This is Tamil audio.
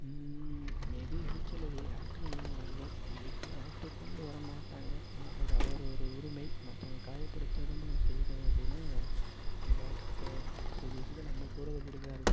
மேபி ஃப்யூச்சரில் இது ஒரு ஆக்ட்டு கொண்டு வந்தால் நல்லா இருக்கும் இதுக்கெலாம் ஆக்ட்டு கொண்டு வர மாட்டாங்க ஏன்னா இது அவரவர் உரிமை மற்றவங்கள காயப்படுத்தாத நம்ம செய்கிறோம் அப்படின்னா அதுக்கு ஆக்ட்டு கிடையாது ஸோ பேஸிக்காக நம்ம போகிறத பொறுத்து தான் இருக்குது